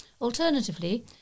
Alternatively